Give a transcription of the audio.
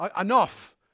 enough